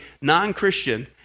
non-Christian